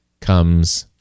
comes